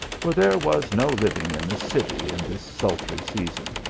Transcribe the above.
for there was no living in the city in this sultry season.